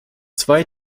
zwei